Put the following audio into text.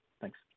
Thanks